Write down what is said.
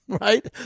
Right